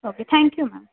okay thank you ma'am